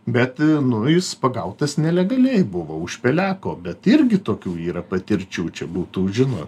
bet nu jis pagautas nelegaliai buvo už peleko bet irgi tokių yra patirčių čia būtų žino